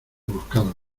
buscado